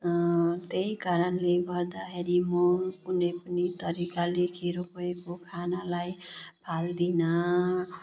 त्यही कारणले गर्दाखेरि म कुनै पनि तरिकाले खेर गएको खानालाई फाल्दिनँ